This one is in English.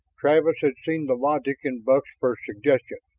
travis had seen the logic in buck's first suggestion,